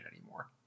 anymore